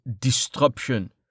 disruption